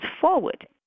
forward